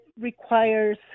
requires